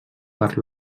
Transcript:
per